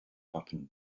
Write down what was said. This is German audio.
wappen